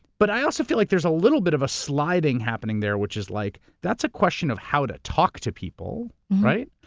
but i also feel like there's a little bit of a sliding happening there, which is like, that's a question of how to talk to people, right?